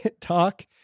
talk